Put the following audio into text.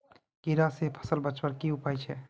कीड़ा से फसल बचवार की उपाय छे?